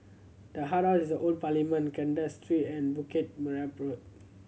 the is Old Parliament Kandahar Street and Bukit